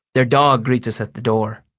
their dog greets us at the door.